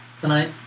tonight